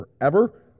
forever